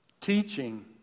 teaching